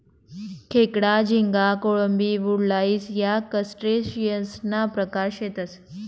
खेकडा, झिंगा, कोळंबी, वुडलाइस या क्रस्टेशियंससना प्रकार शेतसं